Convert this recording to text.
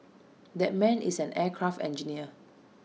that man is an aircraft engineer